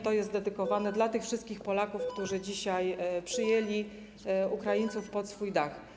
To jest kierowane do tych wszystkich Polaków, którzy dzisiaj przyjęli Ukraińców pod swój dach.